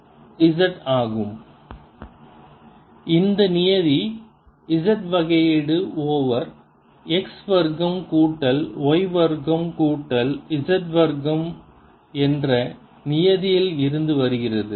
xxx2y2z252 322xyyx2y2z252 322xzzx2y2z252 இந்த நியதி z வகையீடு ஓவர் x வர்க்கம் கூட்டல் y வர்க்கம் கூட்டல் z வர்க்கம் என்ற நியதியில் இருந்து வருகிறது